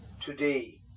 Today